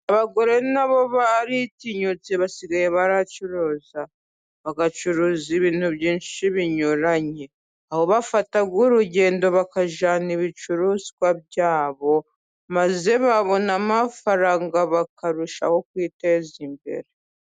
Abagore na bo baritinyutse basigaye baracuruza. Bagacuruza ibintu byinshi binyuranye, aho bafata urugendo bakajyana ibicuruzwa byabo, maze babona amafaranga bakarushaho kwiteza imbere.